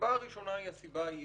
הסיבה הראשונה היא הסיבה העיונית.